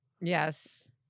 Yes